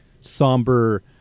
somber